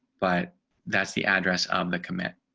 but that's the address of the commit